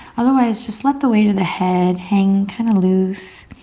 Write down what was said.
otherwise just let the weight of the head hang kind of loose.